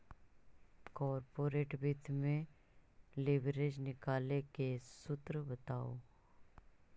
corporate वित्त में leverage निकाले के सूत्र बताओ